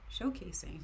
showcasing